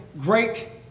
great